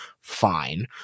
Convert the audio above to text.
fine